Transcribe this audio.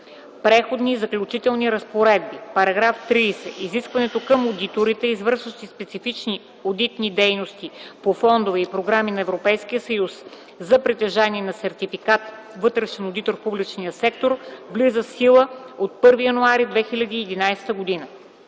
„Преходни и заключителни разпоредби § 30. Изискването към одиторите, извършващи специфични одитни дейности по фондове и програми на Европейския съюз за притежание на сертификат „Вътрешен одитор в публичния сектор”, влиза в сила от 1 януари 2011 г.”